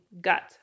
gut